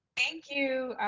thank you,